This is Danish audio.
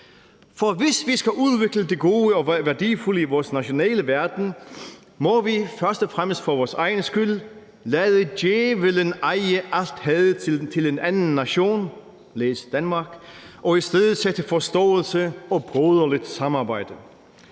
For hvis vi skal udvikle det gode og værdifulde i vores nationale verden, må vi første fremmest for vores egen skyld lade djævelen eje alt hadet til en anden nation – læs Danmark – og i stedet sætte forståelse og broderligt samarbejde.